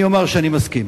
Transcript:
אני אומר שאני מסכים.